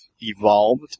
evolved